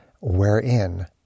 wherein